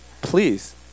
please